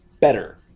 better